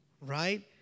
Right